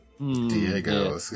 Diego